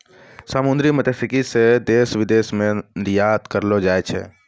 समुन्द्री मत्स्यिकी से देश विदेश मे निरयात करलो जाय छै